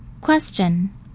Question